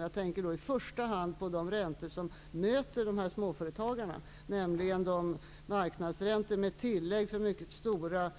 Jag tänker då i första hand på de räntor som möter småföretagen, nämligen marknadsräntorna med tillägg som är mycket stora,